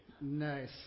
Nice